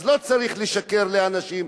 אז לא צריך לשקר לאנשים,